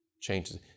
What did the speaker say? changes